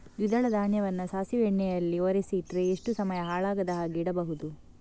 ದ್ವಿದಳ ಧಾನ್ಯವನ್ನ ಸಾಸಿವೆ ಎಣ್ಣೆಯಲ್ಲಿ ಒರಸಿ ಇಟ್ರೆ ಎಷ್ಟು ಸಮಯ ಹಾಳಾಗದ ಹಾಗೆ ಇಡಬಹುದು?